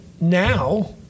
now